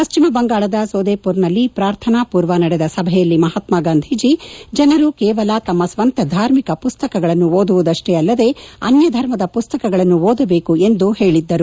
ಪಶ್ಚಿಮ ಬಂಗಾಳದ ಸೋದೇಪುರ್ದಲ್ಲಿ ಪ್ರಾರ್ಥನ ಪೂರ್ವ ನಡೆದ ಸಭೆಯಲ್ಲಿ ಮಹಾತ್ನಾ ಗಾಂಧೀಜಿ ಜನರು ಕೇವಲ ತಮ್ಮ ಸ್ವಂತ ಧಾರ್ಮಿಕ ಮಸ್ತಕಗಳನ್ನು ಓದುವುದಷ್ಷೇ ಅಲ್ಲದೇ ಅನ್ಯ ಧರ್ಮದ ಪುಸ್ತಕಗಳನ್ನು ಓದಬೇಕು ಎಂದು ಹೇಳಿದ್ದರು